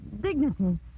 dignity